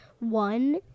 One